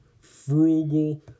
frugal